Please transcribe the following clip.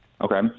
Okay